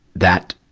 that,